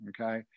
okay